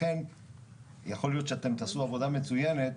לכן יכול להיות שאתם תעשו עבודה מצויינת,